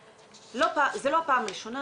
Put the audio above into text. זה לא פעם ראשונה,